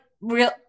real